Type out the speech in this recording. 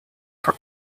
for